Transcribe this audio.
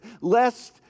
lest